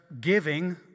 giving